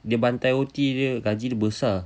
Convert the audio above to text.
dia bantai O_T jer gaji dia besar